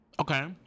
Okay